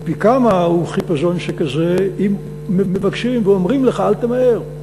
ופי כמה הוא חיפזון שכזה אם מבקשים ואומרים לך: אל תמהר,